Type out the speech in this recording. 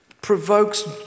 provokes